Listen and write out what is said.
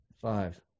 Five